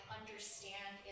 understand